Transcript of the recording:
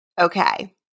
Okay